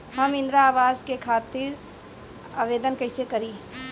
हम इंद्रा अवास के खातिर आवेदन कइसे करी?